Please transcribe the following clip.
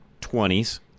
20s